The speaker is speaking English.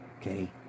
okay